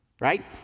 right